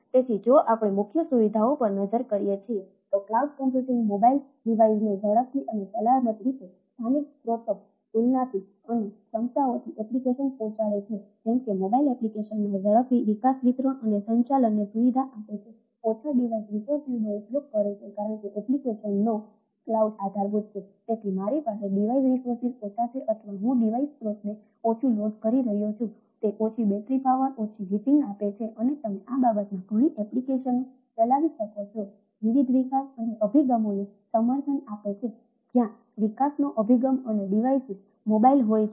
તેથી જો આપણે મુખ્ય સુવિધાઓ પર નજર કરીએ તો ક્લાઉડ કમ્પ્યુટિંગ મોબાઇલ ડિવાઈસને અંતે આપે છે